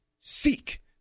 seek